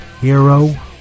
hero